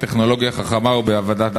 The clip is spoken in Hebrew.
בטכנולוגיה חכמה ובהבנת האדמה.